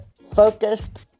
focused